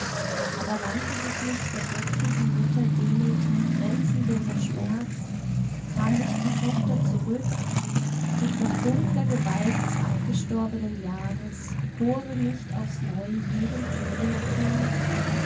aber wandte sich nicht der göttlichen mutter demeter grenzenloser schmerz kam nicht die tochter zurück geht nach dunkler gewalt des abgestorbenen jahres kore nicht aufs neu jedem tode hervor